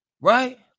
Right